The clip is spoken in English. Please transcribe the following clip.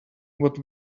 what